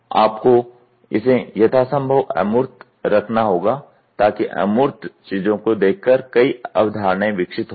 आपको इसे यथासंभव अमूर्त रखना होगा ताकि अमूर्त चीजों को देखकर कई अवधारणाएँ विकसित हो सकें